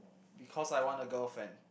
because I want a girlfriend